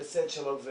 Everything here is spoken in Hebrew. יעשו את שלהם,